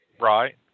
Right